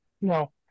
No